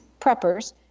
preppers